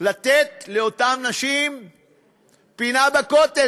לתת לאותן נשים פינה בכותל,